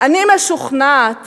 אני משוכנעת